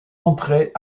entrée